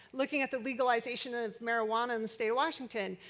looking at the legalization of marijuana in the state of washington.